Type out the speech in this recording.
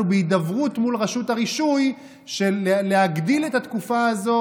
אנחנו בהידברות מול רשות הרישוי על להאריך את התקופה הזאת,